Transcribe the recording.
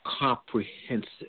Comprehensive